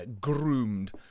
groomed